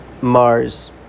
Mars